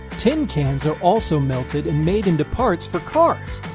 tin cans are also melted and made into parts for cars!